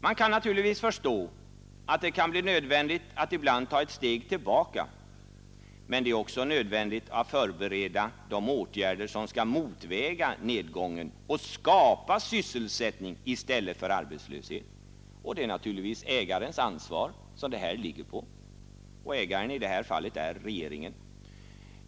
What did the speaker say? Man förstår att det ibland kan bli nödvändigt att ta ett steg tillbaka. Men det är också nödvändigt att förbereda de åtgärder som skall motväga nedgången och skapa sysselsättning i stället för arbetslöshet. Det är naturligtvis på ägaren som ansvaret ligger och ägaren är i detta fall regeringen.